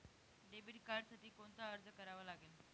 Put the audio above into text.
Debit कार्डसाठी कोणता अर्ज करावा लागेल?